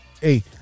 Hey